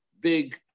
big